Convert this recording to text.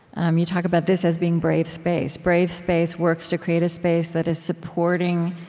um you talk about this as being brave space. brave space works to create a space that is supporting,